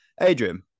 Adrian